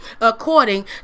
according